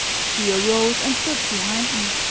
she arose and stood behind me.